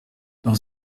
dans